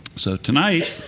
so tonight,